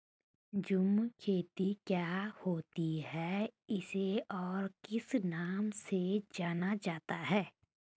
झूम खेती क्या होती है इसे और किस नाम से जाना जाता है?